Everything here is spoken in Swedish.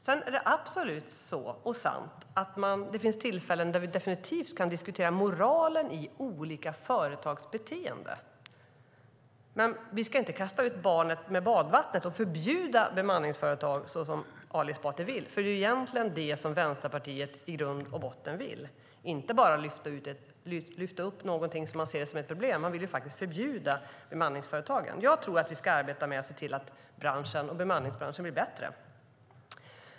Det är absolut sant att det finns tillfällen där vi definitivt kan diskutera moralen i olika företags beteende. Men vi ska inte kasta ut barnet med badvattnet och förbjuda bemanningsföretag, så som Ali Esbati vill. Det är egentligen det som Vänsterpartiet i grund och botten vill. Det handlar inte bara om att lyfta upp något som man ser som ett problem, utan man vill faktiskt förbjuda bemanningsföretagen. Jag tror att vi ska arbeta med att se till att bemanningsbranschen blir bättre.